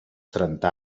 trenta